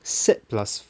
set plus